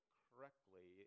correctly